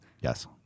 yes